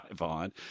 on